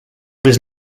was